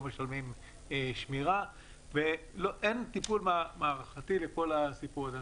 משלמים שמירה ואין טיפול מערכתי לכל הסיפור הזה.